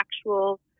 actual